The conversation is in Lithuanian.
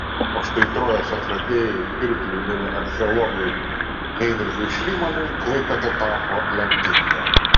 o štai trojos atradėjui pirkliui ir archeologui heinrichui šlymanui klaipėda tapo lemtinga